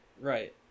Right